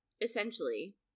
essentially